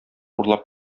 урлап